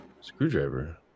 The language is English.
screwdriver